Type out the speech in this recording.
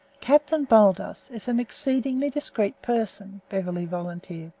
captain baldos is an exceedingly discreet person, beverly volunteered.